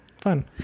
fun